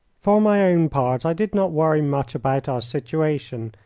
for my own part, i did not worry much about our situation,